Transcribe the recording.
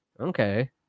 Okay